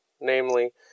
namely